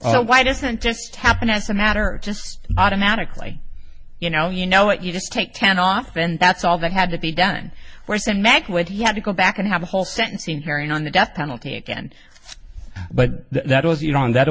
so why doesn't just happen as a matter of just automatically you know you know what you just take ten off and that's all that had to be done worse than mad when he had to go back and have a whole sentencing hearing on the death penalty again but that was you know on that